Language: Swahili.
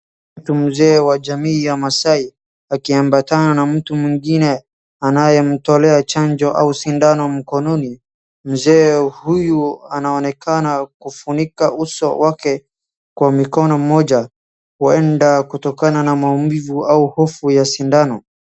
Mtu mzee ya jamii ya Masaai akiambatana na mtu mwingine anayemtolea chanjo au sindano mkononi. Mzee huyu anaonekana kufunika uso wake kwa mikono mmoja huenda kutokana na maumivu au hofu ya sindano.